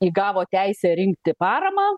įgavo teisę rinkti paramą